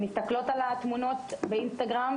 הן מסתכלות על התמונות באינסטגרם,